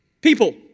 people